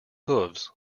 hoofs